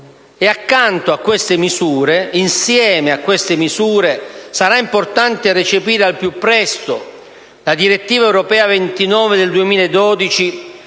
garante dei detenuti. Insieme a queste misure, sarà importante recepire al più presto la direttiva europea n. 29 del 2012